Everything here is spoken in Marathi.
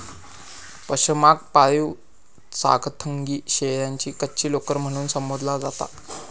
पशमाक पाळीव चांगथंगी शेळ्यांची कच्ची लोकर म्हणून संबोधला जाता